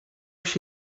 się